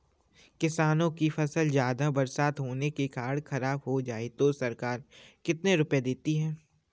किसानों की फसल ज्यादा बरसात होने के कारण खराब हो जाए तो सरकार कितने रुपये देती है?